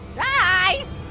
guys?